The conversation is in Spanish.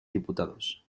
diputados